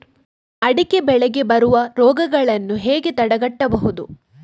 ಅಡಿಕೆ ಬೆಳೆಗೆ ಬರುವ ರೋಗಗಳನ್ನು ಹೇಗೆ ತಡೆಗಟ್ಟಬಹುದು?